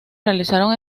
realizaron